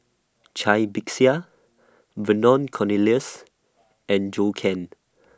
Cai Bixia Vernon Cornelius and Zhou Can